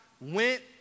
went